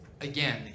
again